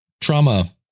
trauma